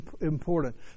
important